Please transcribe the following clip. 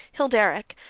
hilderic,